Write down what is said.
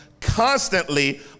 constantly